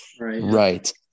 right